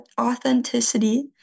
authenticity